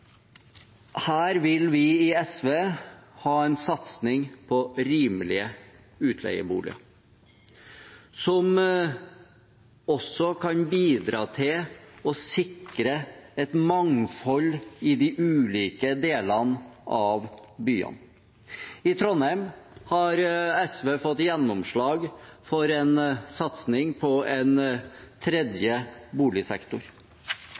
Her vil vi i SV ha en satsing på rimelige utleieboliger, som også kan bidra til å sikre et mangfold i de ulike delene av byene. I Trondheim har SV fått gjennomslag for en satsing på en tredje boligsektor.